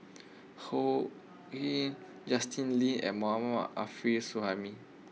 So Heng Justin Lean and Mohammad Arif Suhaimi